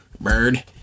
Bird